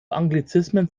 anglizismen